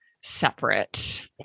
separate